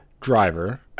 driver